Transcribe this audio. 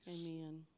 amen